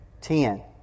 Ten